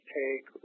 take